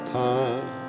time